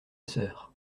sœur